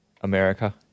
America